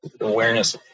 awareness